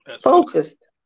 Focused